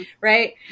Right